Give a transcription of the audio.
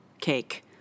cake